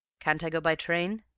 can't i go by train